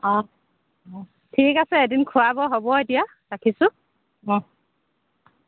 অঁ অঁ ঠিক আছে এদিন খোৱাব হ'ব এতিয়া ৰাখিছোঁ অঁ